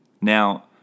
Now